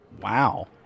Wow